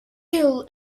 ill